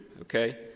okay